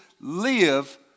live